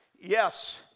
Yes